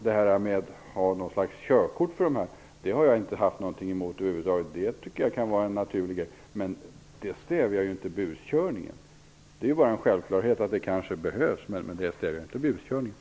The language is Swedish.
Jag har inte haft någonting emot att införa körkort för den här gruppen, det kan vara en naturlig sak. Men det stävjar ju inte buskörningen.